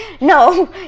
no